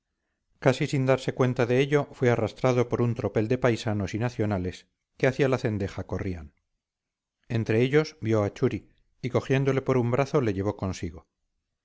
casi sin darse cuenta de ello fue arrastrado por un tropel de paisanos y nacionales que hacia la cendeja corrían entre ellos vio a churi y cogiéndole por un brazo le llevó consigo